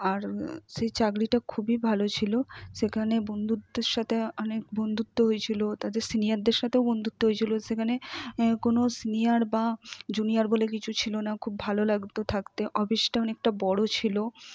আর সেই চাকরিটা খুবই ভালো ছিল সেখানে বন্ধুত্বের সাথে অনেক বন্ধুত্ব হয়েছিল তাদের সিনিয়ারদের সাথেও বন্ধুত্ব হয়েছিল সেখানে কোনও সিনিয়র বা জুনিয়র বলে কিছু ছিল না খুব ভালো লাগতো থাকতে অফিসটা অনেকটা বড় ছিল